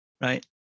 right